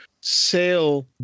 sale